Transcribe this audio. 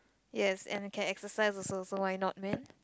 yes and can exercise also so why not man